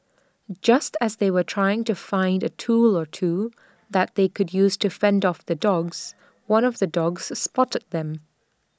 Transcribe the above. just as they were trying to find A tool or two that they could use to fend off the dogs one of the dogs spotted them